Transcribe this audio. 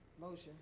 Motion